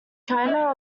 china